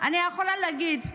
אני יכולה להגיד,